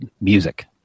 music